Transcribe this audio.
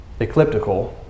ecliptical